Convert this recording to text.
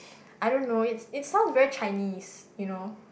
I don't know it's it sounds very Chinese you know